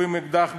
הוא עם אקדח ביד,